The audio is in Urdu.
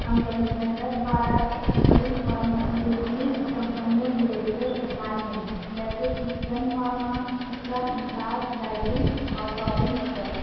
ہم تقریباً دس بارہ بڑی فارما یسلی کمپنیوں کی ریگولر سپلائی میں ہیں جیسے کہ سن فارما بٹلا انٹاس جائڈوس اور ٹورنٹ وغیرہ